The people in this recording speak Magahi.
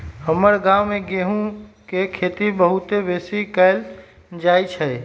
हमर गांव में गेहूम के खेती बहुते बेशी कएल जाइ छइ